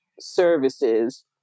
services